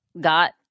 got